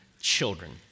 children